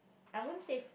I won't safe